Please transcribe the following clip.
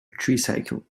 tricycle